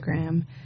Instagram